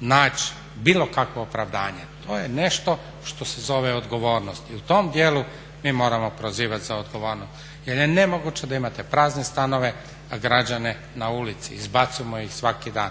naći bilo kakvo opravdanje. To je nešto što se zove odgovornost i u tom dijelu mi moramo prozivat za odgovornost jer je nemoguće da imate prazne stanove, a građane na ulici izbacujemo ih svaki dan.